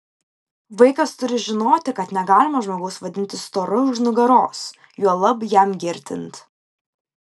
vaikas turi žinoti kad negalima žmogaus vadinti storu už nugaros juolab jam girdint